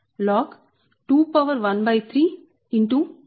4605log213